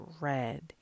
red